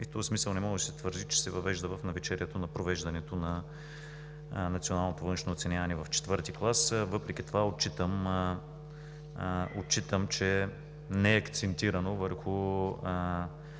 – в този смисъл не може да се твърди, че се въвежда в навечерието на провеждането на националното външно оценяване в ІV клас. Въпреки това, отчитам, че не е акцентирано върху